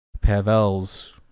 Pavel's